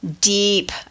deep